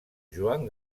joan